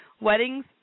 Weddings